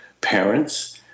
parents